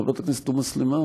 חברת הכנסת תומא סלימאן,